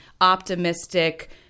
optimistic